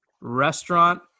restaurant